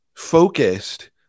focused